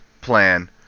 plan